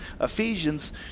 Ephesians